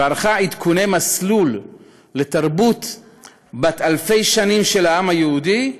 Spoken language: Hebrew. וערכה עדכוני מסלול לתרבות בת אלפי שנים של העם היהודי,